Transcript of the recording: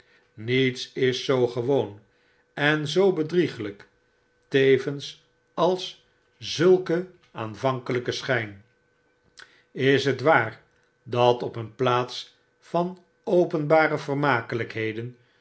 mets is zoo gewoon en zoo bedriegelyk tevens als zulke aanvankelyke schyn is het waar dat op een plaats van openbare vermakeitjkheden